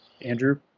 Andrew